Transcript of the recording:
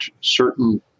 certain